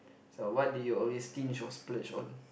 so what do you always stinge or splurge on